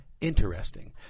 interesting